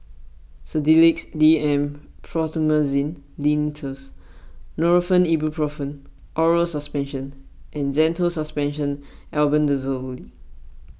Sedilix D M Promethazine Linctus Nurofen Ibuprofen Oral Suspension and Zental Suspension Albendazolely